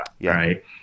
right